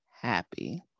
happy